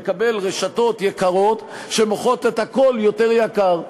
נקבל רשתות יקרות שמוכרות הכול יותר ביוקר.